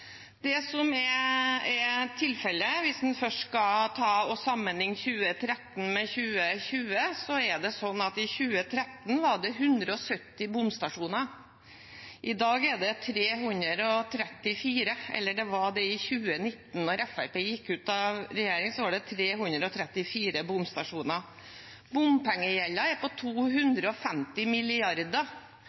det. Det som er tilfelle, hvis en først skal sammenlikne 2013 med 2020, er at det i 2013 var 170 bomstasjoner. I 2019, da Fremskrittspartiet gikk ut av regjering, var det 334 bomstasjoner. Bompengegjelden er på 250 mrd. kr. Når